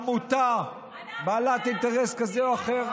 עמותה בעלת אינטרס כזה או אחר,